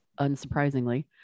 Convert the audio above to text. unsurprisingly